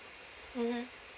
mmhmm